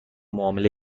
معامله